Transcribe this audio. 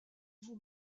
vous